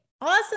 Awesome